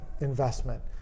investment